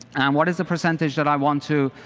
what is the percentage that i want to